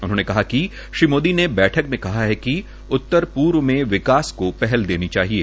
उन्होंने कहा कि श्री मोदी ने बैठक में कहा कि उत्तर पूर्व में विकास को पहल दी जानी चाहिए